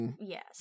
yes